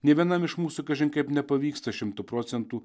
ne vienam iš mūsų kažin kaip nepavyksta šimtu procentų